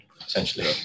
essentially